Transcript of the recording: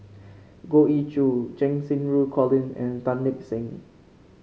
Goh Ee Choo Cheng Xinru Colin and Tan Lip Seng